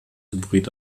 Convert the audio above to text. hybrid